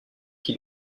qui